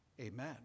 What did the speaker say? Amen